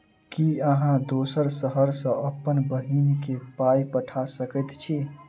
की अहाँ दोसर शहर सँ अप्पन बहिन केँ पाई पठा सकैत छी?